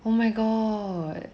oh my god